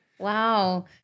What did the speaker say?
wow